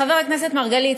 חבר הכנסת מרגלית,